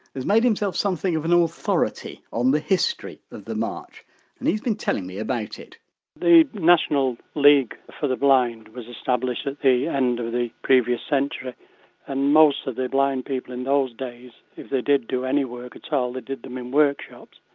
has made himself something of an authority on the history of the march and he's been telling me about it the national league for the blind was established at the end of the previous centenary and most of the blind people in those days, if they did do any work at all, they did them in workshops.